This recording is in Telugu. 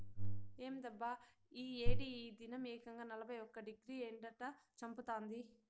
ఏందబ్బా ఈ ఏడి ఈ దినం ఏకంగా నలభై ఒక్క డిగ్రీ ఎండట చంపతాంది